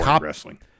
wrestling